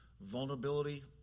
Vulnerability